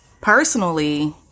personally